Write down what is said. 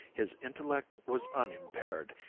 his intellect was unimpaired,